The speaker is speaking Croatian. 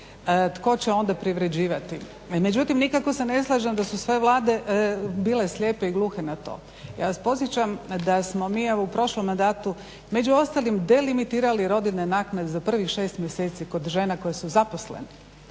tko će onda privređivati. Međutim, nikako se ne slažem da su sve Vlade bile slijepe i gluhe na to. Ja vas podsjećam da smo mi evo u prošlom mandatu među ostalim delimitirali rodiljne naknade za prvih šest mjeseci kod žena koje su zaposlene.